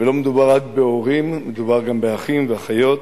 ולא מדובר רק בהורים, מדובר גם באחים ואחיות,